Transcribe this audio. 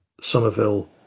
Somerville